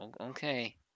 Okay